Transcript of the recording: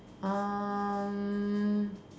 um